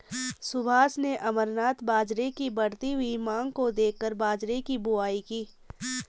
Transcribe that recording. सुभाष ने अमरनाथ बाजरे की बढ़ती हुई मांग को देखकर बाजरे की बुवाई की